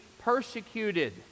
persecuted